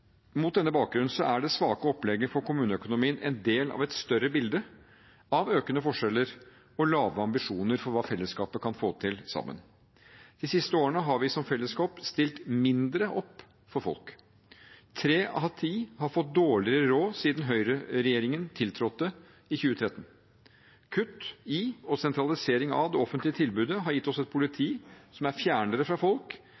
Mot denne bakgrunn er det svake opplegget for kommuneøkonomien en del av et større bilde av økende forskjeller og lave ambisjoner for hva fellesskapet kan få til sammen. De siste årene har vi som fellesskap stilt mindre opp for folk. Tre av ti har fått dårligere råd siden høyreregjeringen tiltrådte i 2013. Kutt i og sentralisering av det offentlige tilbudet har gitt oss et